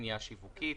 לפניה שיווקית.